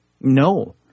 No